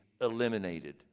eliminated